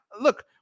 look